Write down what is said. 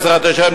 בעזרת השם,